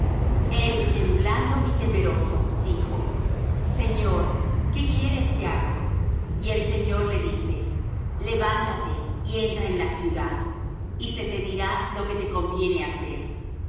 el temblando y temeroso dijo señor qué quieres que haga y el señor le dice levántate y entra en la ciudad y se te dirá lo que te conviene hacer